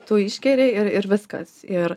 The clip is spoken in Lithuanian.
tu išgeri ir ir viskas ir